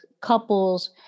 couples